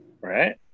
Right